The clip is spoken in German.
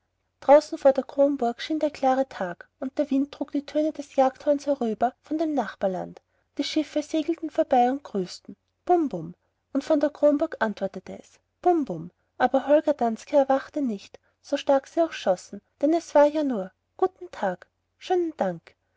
draußen vor der kronburg schien der klare tag und der wind trug die töne des jägerhorns herüber vom nachbarland die schiffe segelten vorbei und grüßten bum bum und von kronburg antwortete es bum bum aber holger danske erwachte nicht so stark sie auch schossen denn es war ja nur guten tag schönen dank